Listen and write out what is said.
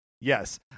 yes